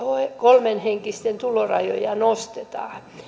kolmen hengen perheiden tulorajoja nostetaan